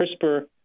CRISPR